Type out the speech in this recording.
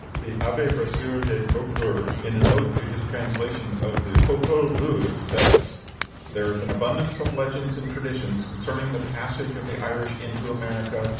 the abbe brasseur de bourbourg, in a note to his translation of the popol vuh, says there is an abundance of legends and traditions concerning the passage of the irish into america,